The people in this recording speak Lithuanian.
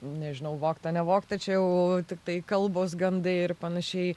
nežinau vogtą nevogtą čia jau tiktai kalbos gandai ir panašiai